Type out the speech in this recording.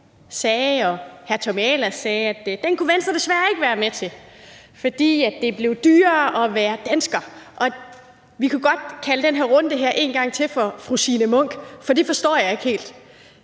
Venstre og hr. Tommy Ahlers sagde, at den aftale kunne Venstre desværre ikke være med til, fordi det blev dyrere at være dansker. Og vi kan godt kalde den her runde for en gang til for fru Signe Munk, for det forstår jeg ikke helt.